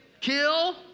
kill